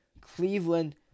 Cleveland